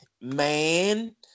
man